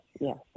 yes